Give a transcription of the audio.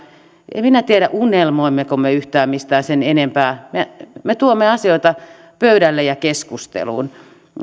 en minä tiedä unelmoimmeko me yhtään mistään sen enempää me tuomme asioita pöydälle ja keskusteluun